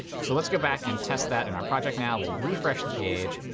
so let's go back and test that in our project now will refresh the page.